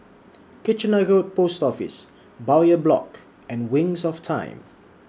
Kitchener Road Post Office Bowyer Block and Wings of Time